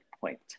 point